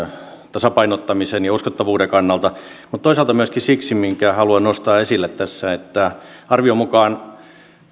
tasapainottamisen ja uskottavuuden kannalta että toisaalta myöskin siksi minkä haluan nostaa esille tässä että arvion mukaan